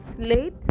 slate